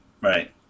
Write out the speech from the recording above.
Right